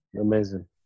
amazing